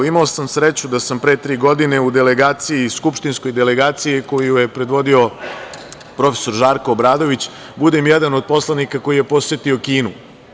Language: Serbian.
Imao sam sreću da pre tri godine u skupštinskoj delegaciji koju je predvodio profesor Žarko Obradović budem jedan od poslanika koji je posetio Kinu.